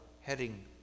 heading